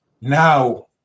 now